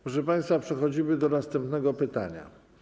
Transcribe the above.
Proszę państwa, przechodzimy do następnego pytania.